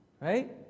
Right